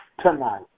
tonight